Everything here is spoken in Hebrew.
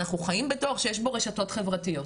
אנחנו חיים בדור שיש בו רשתות חברתיות.